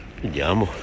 vediamo